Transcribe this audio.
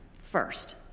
First